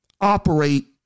operate